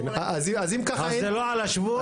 זה לא על השבות.